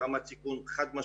חזי,